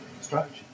strategy